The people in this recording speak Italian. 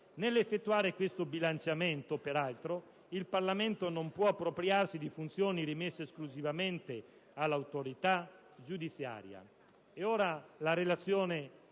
Nell'effettuare questo bilanciamento, peraltro, il Parlamento non può appropriarsi di funzioni rimesse esclusivamente all'autorità giudiziaria. La relazione